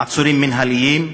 עצורים מינהליים,